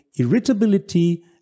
Irritability